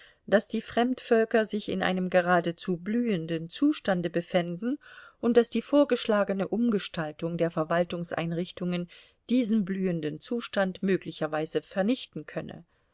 daß die fremdvölker sich in einem geradezu blühenden zustande befänden und daß die vorgeschlagene umgestaltung der verwaltungseinrichtungen diesen blühenden zustand möglicherweise vernichten könne